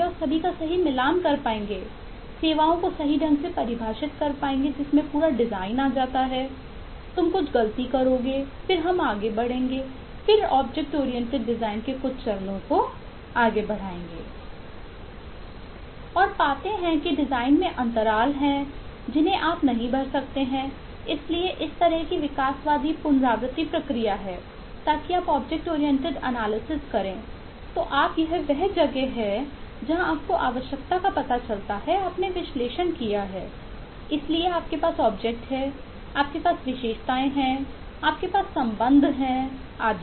और पाते हैं कि डिजाइन में अंतराल हैं जिन्हें आप नहीं भर सकते हैं इसलिए इस तरह की विकासवादी पुनरावृत्ति प्रक्रिया है ताकि आप ऑब्जेक्ट ओरिएंटेड एनालिसिस हैं आपके पास विशेषताएँ हैं आपके पास संबंध हैं आदि